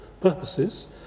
purposes